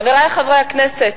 חברי חברי הכנסת,